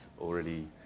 already